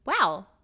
wow